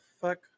fuck